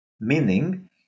meaning